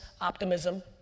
optimism